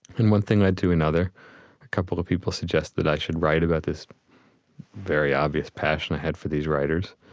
and one thing led to another and a couple of people suggested i should write about this very obvious passion i had for these writers.